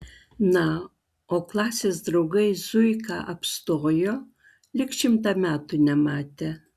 na o klasės draugai zuiką apstojo lyg šimtą metų nematę